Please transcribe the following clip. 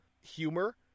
humor